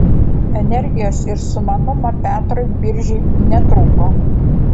energijos ir sumanumo petrui biržiui netrūko